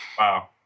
Wow